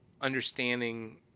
understanding